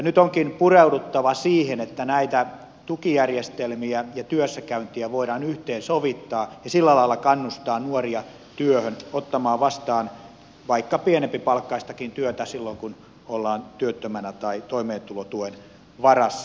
nyt onkin pureuduttava siihen että näitä tukijärjestelmiä ja työssäkäyntiä voidaan yhteensovittaa ja sillä lailla kannustaa nuoria työhön ottamaan vastaan vaikka pienempipalkkaistakin työtä silloin kun ollaan työttömänä tai toimeentulotuen varassa